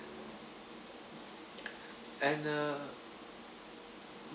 and uh